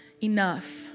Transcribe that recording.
enough